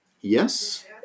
Yes